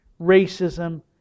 racism